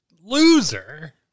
loser